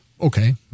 Okay